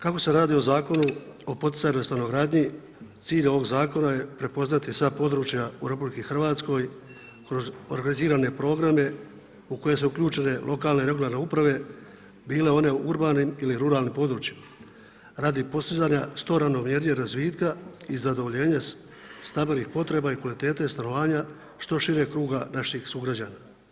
Kako se radi o Zakonu o poticajnoj stanogradnji, cilj ovoga zakona je prepoznati sva područja u RH kroz organizirane programe u koje su uključene lokalne i regularne uprave bile one u urbanim ili ruralnim područjima radi postizanja što ravnomjernijeg razvitka i zadovoljenja stabilnih potreba i kvalitete stanovanja što šireg kruga naših sugrađana.